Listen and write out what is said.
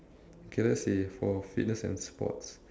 okay let's see for fitness and sports